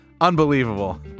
Unbelievable